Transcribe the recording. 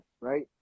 right